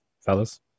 fellas